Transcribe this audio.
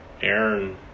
Aaron